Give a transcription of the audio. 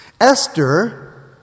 Esther